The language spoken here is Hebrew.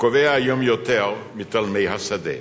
הקובע היום יותר מתלמי השדה.